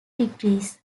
degrees